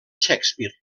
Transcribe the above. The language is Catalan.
shakespeare